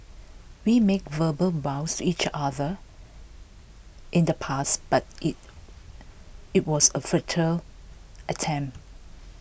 we made verbal vows to each other in the past but IT it was A futile attempt